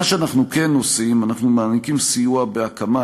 מה שאנחנו כן עושים, אנחנו מעניקים סיוע בהקמה.